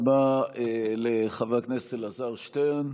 תודה רבה לחבר הכנסת אלעזר שטרן.